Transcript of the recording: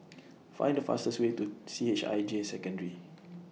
Find The fastest Way to C H I J Secondary